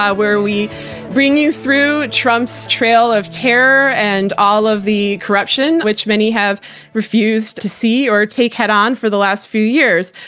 where we bring you through trump's trail of terror and all of the corruption, which many have refused to see or take head on for the last few years.